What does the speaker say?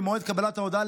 במועד קבלת ההודעה,